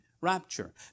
rapture